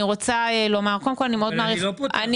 אני לא פותח דיון.